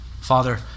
Father